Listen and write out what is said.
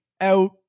out